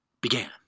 began